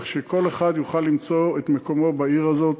כך שכל אחד יוכל למצוא את מקומו בעיר הזאת,